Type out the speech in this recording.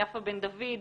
יפה בן דוד,